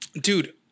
dude